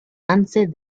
answered